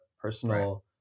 personal